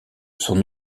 son